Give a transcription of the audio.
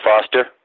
Foster